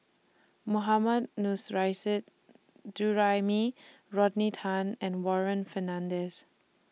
Mohammad Nurrasyid Juraimi Rodney Tan and Warren Fernandez